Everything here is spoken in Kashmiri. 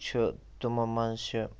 چھُ تِمو منٛز چھُ